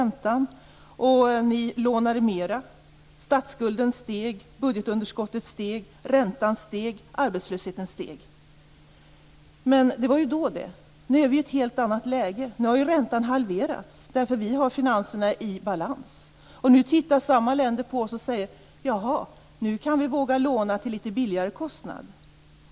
Ni lånade mera. Statsskulden och budgetunderskottet steg. Räntan och arbetslösheten steg också. Men det var då. Nu är vi i ett helt annat läge. Nu har räntan halverats därför att vi har finanserna i balans. Nu tittar samma länder på oss och säger: Jaha, nu kan vi våga låna ut till litet lägre kostnad.